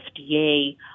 FDA